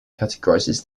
categorizes